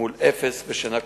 מול אפס בשנה הקודמת.